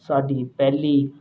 ਸਾਡੀ ਪਹਿਲੀ